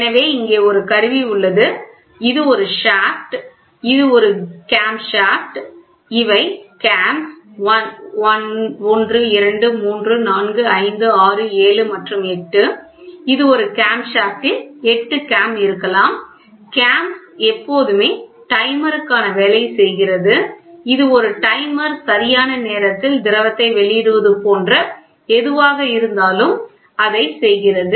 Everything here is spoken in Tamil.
எனவே இங்கே ஒரு கருவி உள்ளது இது ஒரு ஷாப்ட்தண்டு இது ஒரு கேம் ஷாப்ட் இவை கேம்'s 1 2 3 4 5 6 7 மற்றும் 8 இது ஒரு கேம் ஷாப்ட் 8 கேம் இருக்கலாம் கேம்'s எப்போதுமே டைமருக்கு ஆன வேலை செய்கிறது இது ஒரு டைமர் சரியான நேரத்தில் திரவத்தை வெளியிடுவது போன்ற எதுவாக இருந்தாலும் அதை செய்கிறது